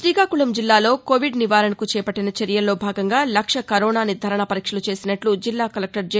వ్రీకాకుళం జిల్లాలో కోవిడ్ నివారణకు చేపట్లిన చర్యల్లో భాగంగా లక్ష కరోనా నిర్దారణ పరీక్షలు చేసినట్లు జిల్లా కలెక్టర్ జె